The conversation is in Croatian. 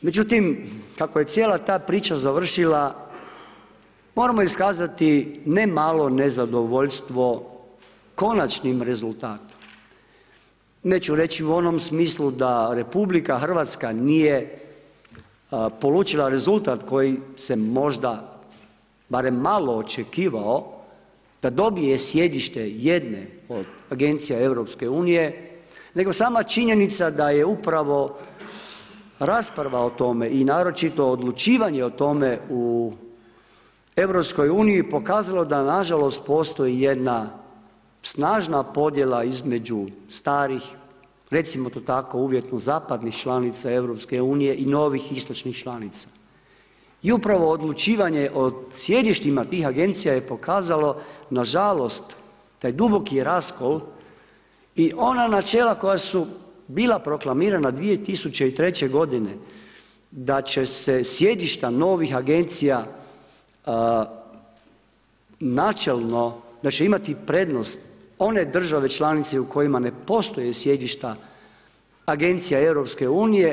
Međutim, kako je cijela ta priča završila moramo iskazati ne malo nezadovoljstvo konačnim rezultatom neću reći u onom smislu da RH nije polučila rezultat koji se možda barem malo očekivao da dobije sjedište jedne od Agencija EU, nego i sama činjenica da je upravo rasprava o tome i naročito odlučivanje o tome u EU pokazalo da na žalost postoji jedna snažna podjela između starih, recimo to tako uvjetno zapadnih članica EU i novih istočnih članica i upravo odlučivanje o sjedištima tih agencija je pokazalo nažalost taj duboki raskol i ona načela koja su bila proklamirana 2003. godine da će se sjedišta novih agencija načelno, da će imati prednost one države članice u kojima ne postoje sjedišta agencija EU.